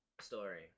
story